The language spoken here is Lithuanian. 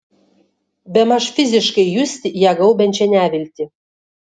bemaž fiziškai justi ją gaubiančią neviltį